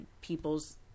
people's